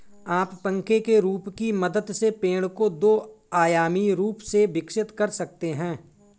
आप पंखे के रूप की मदद से पेड़ को दो आयामी रूप से विकसित कर सकते हैं